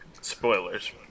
Spoilers